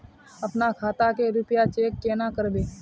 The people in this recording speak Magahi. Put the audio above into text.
अपना खाता के रुपया चेक केना करबे?